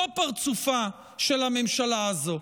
זה פרצופה של הממשלה הזו,